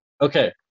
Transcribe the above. Okay